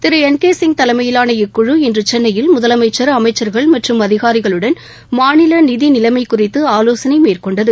திரு N K Singh தலைமையிலான இக்குழு இன்று சென்னையில் முதலமைச்சா் அமைச்சா்கள் மற்றும் அதிகாரிகளுடன் மாநில நிதி நிலைமை குறித்து ஆலோசனை மேற்கொண்டது